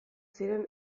ziren